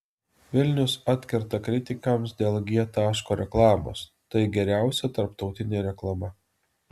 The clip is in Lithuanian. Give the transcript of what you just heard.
vilnius atkerta kritikams dėl g taško reklamos tai geriausia tarptautinė reklama